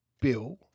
Bill